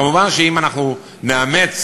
כמובן, אם אנחנו נאמץ,